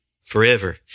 forever